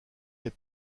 est